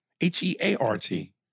H-E-A-R-T